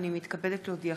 הנני מתכבדת להודיעכם,